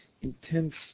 intense